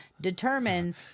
determine